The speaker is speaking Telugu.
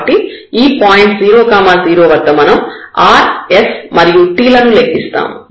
కాబట్టి ఈ పాయింట్ 0 0 వద్ద మనం r s మరియు t లను లెక్కిస్తాము